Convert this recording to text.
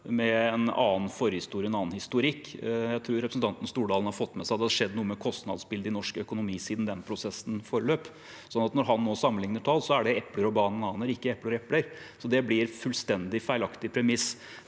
med en annen forhistorie, en annen historikk. Jeg tror representanten Stordalen har fått med seg at det har skjedd noe med kostnadsbildet i norsk økonomi siden den prosessen forløp, slik at når han nå sammenligner tall, er det epler og bananer, ikke epler og epler. Så det blir et fullstendig feilaktig premiss.